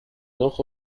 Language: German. noch